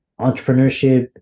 entrepreneurship